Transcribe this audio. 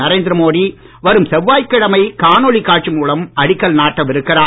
நரேந்திர மோடி வரும் செவ்வாய்க் கிழமை காணொளி காட்சி மூலம் அடிக்கல் நாட்டவிருக்கிறார்